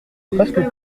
presque